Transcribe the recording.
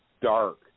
dark